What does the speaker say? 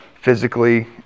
Physically